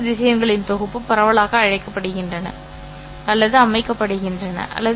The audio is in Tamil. திசையன் என்பது சமிக்ஞையைத் தவிர வேறொன்றுமில்லை அல்லது அதற்கு பதிலாக சிக்னல்களை திசையன்களாகக் கருதலாம் என்று நாங்கள் சொன்னோம்